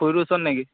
পুখুৰীটোৰ ওচৰত নেকি